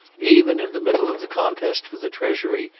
even in the middle of the contest for the treasury,